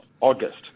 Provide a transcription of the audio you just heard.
August